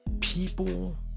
people